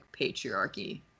patriarchy